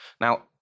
Now